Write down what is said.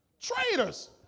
Traitors